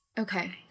Okay